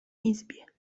izbie